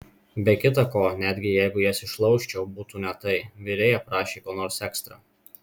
be kita ko netgi jeigu jas išlaužčiau būtų ne tai virėja prašė ko nors ekstra